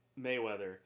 Mayweather